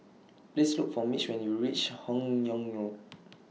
Please Look For Mitch when YOU REACH Hun Yeang Road